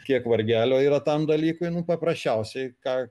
kiek vargelio yra tam dalykui nu paprasčiausiai ką